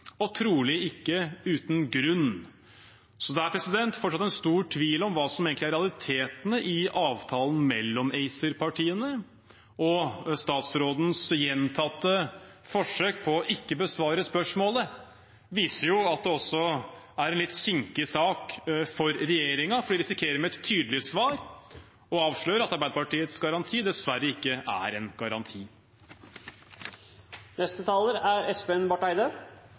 trolig ikke uten grunn. Det er fortsatt stor tvil om hva som egentlig er realitetene i avtalen mellom ACER-partiene. Statsrådens gjentatte forsøk på ikke å besvare spørsmålet viser at det er en litt kinkig sak for regjeringen. Med et tydelig svar risikerer de å avsløre at Arbeiderpartiets garanti dessverre ikke er en garanti. Representanten Espen Barth Eide